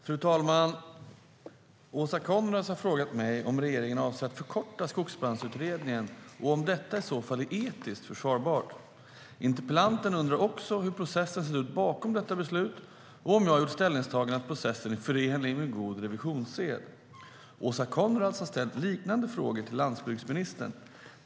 Fru talman! Åsa Coenraads har frågat mig om regeringen avser att förkorta Skogsbrandsutredningen och om detta i så fall är etiskt försvarbart. Interpellanten undrar också hur processen sett ut bakom detta beslut och om jag gjort ställningstagandet att processen är förenlig med god revisionssed. Åsa Coenraads har ställt liknande frågor till landsbygdsministern.